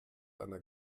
einer